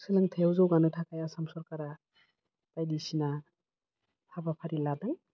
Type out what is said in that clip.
सोलोंथाइयाव जौगानो थाखाय आसाम सरकारा बायदिसिना हाबाफारि लादों